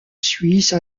suisse